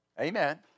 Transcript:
Amen